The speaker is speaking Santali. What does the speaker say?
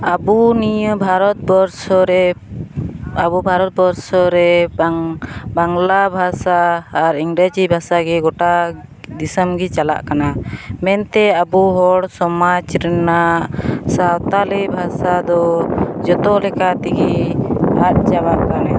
ᱟᱵᱚ ᱱᱤᱭᱟᱹ ᱵᱷᱟᱨᱚᱛ ᱵᱚᱨᱥᱚ ᱨᱮ ᱟᱵᱚ ᱵᱷᱟᱨᱚᱛ ᱵᱚᱨᱥᱚ ᱨᱮ ᱵᱟᱝᱞᱟ ᱵᱷᱟᱥᱟ ᱟᱨ ᱤᱝᱨᱮᱡᱤ ᱵᱷᱟᱥᱟᱜᱮ ᱜᱚᱴᱟ ᱫᱤᱥᱟᱹᱢᱜᱮ ᱪᱟᱞᱟᱜ ᱠᱟᱱᱟ ᱢᱮᱱᱛᱮ ᱟᱵᱚ ᱦᱚᱲ ᱥᱚᱢᱟᱡᱽ ᱨᱮᱱᱟᱜ ᱥᱟᱱᱛᱟᱲᱤ ᱵᱷᱟᱥᱟ ᱫᱚ ᱡᱚᱛᱚᱞᱮᱠᱟ ᱛᱮᱜᱮ ᱟᱫ ᱪᱟᱵᱟᱜ ᱠᱟᱱᱟ